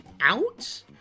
Out